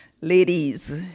ladies